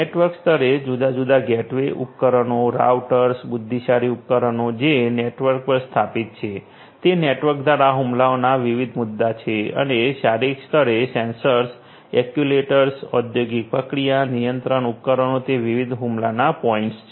network સ્તરે જુદા જુદા ગેટવે ઉપકરણો રાઉટર્સ બુદ્ધિશાળી ઉપકરણો જે નેટવર્ક પર સ્થાનિક છે તે નેટવર્ક દ્વારા હુમલોના વિવિધ મુદ્દાઓ છે અને શારીરિક સ્તરે સેન્સર્સ એક્ટ્યુએટર્સ ઔદ્યોગિક પ્રક્રિયા નિયંત્રણ ઉપકરણો તે વિવિધ હુમલાના પોઇન્ટ છે